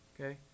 Okay